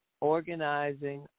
organizing